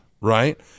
right